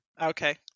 Okay